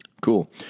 Cool